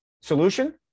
Solution